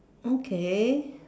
okay